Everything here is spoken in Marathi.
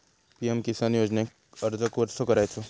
पी.एम किसान योजनेक अर्ज कसो करायचो?